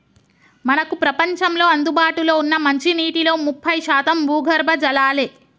మనకు ప్రపంచంలో అందుబాటులో ఉన్న మంచినీటిలో ముప్పై శాతం భూగర్భ జలాలే